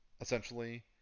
essentially